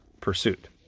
pursuit